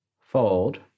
Fold